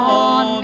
on